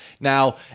now